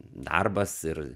darbas ir